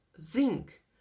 zinc